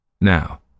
Now—